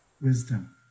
wisdom